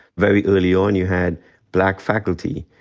very early on, you had black faculty.